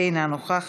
אינה נוכחת.